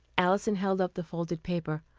alison held up the folded paper.